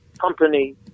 company